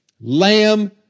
lamb